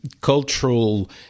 cultural